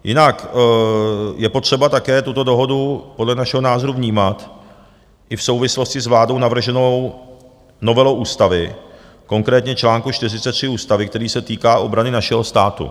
Jinak je potřeba také tuto dohodu podle našeho názoru vnímat i v souvislosti s vládou navrženou novelou ústavy, konkrétně čl. 43 ústavy, který se týká obrany našeho státu.